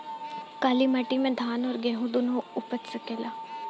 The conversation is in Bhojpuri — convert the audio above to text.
काली माटी मे धान और गेंहू दुनो उपज सकेला?